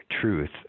truth